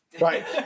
Right